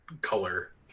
color